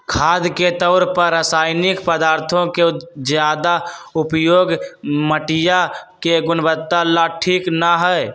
खाद के तौर पर रासायनिक पदार्थों के ज्यादा उपयोग मटिया के गुणवत्ता ला ठीक ना हई